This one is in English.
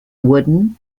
wooden